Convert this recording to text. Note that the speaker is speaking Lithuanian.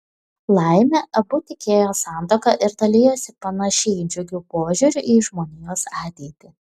laimė abu tikėjo santuoka ir dalijosi panašiai džiugiu požiūriu į žmonijos ateitį